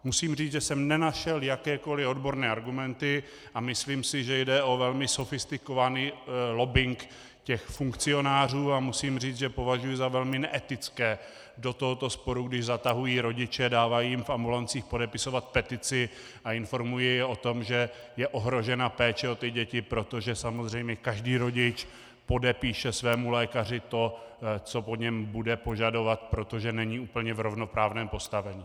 Musím říct, že jsem nenašel jakékoli odborné argumenty, a myslím si, že jde o velmi sofistikovaný lobbing těch funkcionářů, a musím říct, že považuji za velmi neetické, když do tohoto sporu zatahují rodiče, dávají jim v ambulancích podepisovat petici a informují je o tom, že je ohrožena péče o děti, protože samozřejmě každý rodič podepíše svému lékaři to, co po něm bude požadovat, protože není úplně v rovnoprávném postavení.